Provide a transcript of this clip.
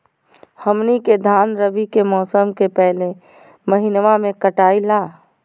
हमनी के धान रवि के मौसम के पहले महिनवा में कटाई ला